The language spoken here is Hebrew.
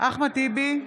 אחמד טיבי,